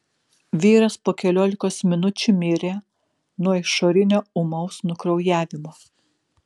vyras po keliolikos minučių mirė nuo išorinio ūmaus nukraujavimo